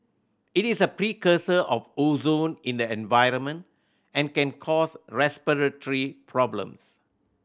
it is a precursor of ozone in the environment and can cause respiratory problems